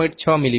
6 મી